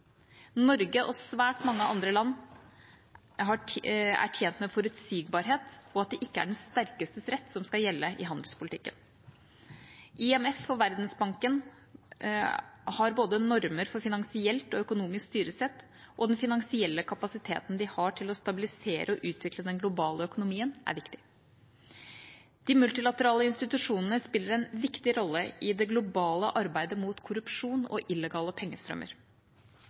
Norge og svært mange andre land er tjent med forutsigbarhet og at det ikke er den sterkestes rett som skal gjelde i handelspolitikken. IMF og Verdensbanken har normer for både finansielt og økonomisk styresett, og den finansielle kapasiteten de har til å stabilisere og utvikle den globale økonomien, er viktig. De multilaterale institusjonene spiller en viktig rolle i det globale arbeidet mot korrupsjon og illegale pengestrømmer.